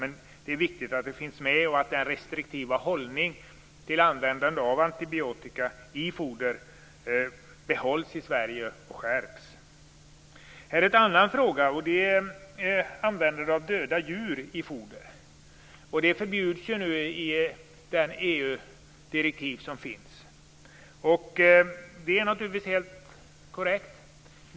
Men det är viktigt att de finns med och att den restriktiva hållning till användande av antibiotika i foder behålls och skärps i Sverige. Jag vill ta upp en annan fråga, och det är användande av döda djur i foder. Det förbjuds nu i ett EU direktiv. Det är naturligtvis helt korrekt.